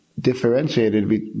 differentiated